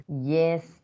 Yes